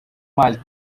mild